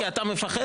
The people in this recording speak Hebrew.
כי אתה מפחד מזה?